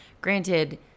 granted